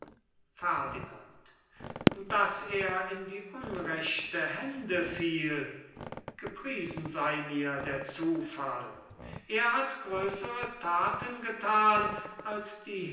daß er in die unrechten hände fiel gepriesen sei mir der zufall er hat größere thaten gethan als die